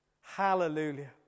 Hallelujah